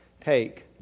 take